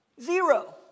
Zero